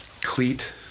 cleat